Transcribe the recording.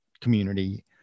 community